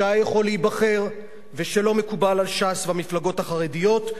שהיה יכול להיבחר ושלא מקובל על ש"ס והמפלגות החרדיות.